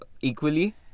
equally